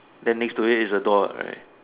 then next to it is a door right